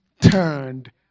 turned